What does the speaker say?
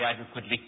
adequately